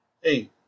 hey